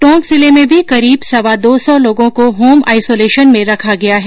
टोंक जिले में भी करीब सवा दो सौ लोगों को होम आइसोलेशन में रखा गया है